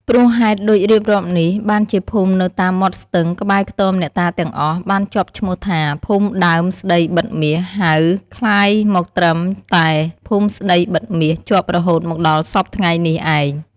ព្រោះហេតុដូចរៀបរាប់នេះ បានជាភូមិនៅតាមមាត់ស្ទឹង ក្បែរខ្ទមអ្នកតាទាំងអស់ បានជាប់ឈ្មោះថា "ភូមិដើមស្តីបិទមាស” ហៅក្លាយ មកត្រឹមតែ "ភូមិស្តីបិទមាស" ជាប់រហូតមកដល់សព្វថ្ងៃនេះឯង។